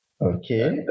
Okay